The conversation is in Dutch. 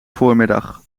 voormiddag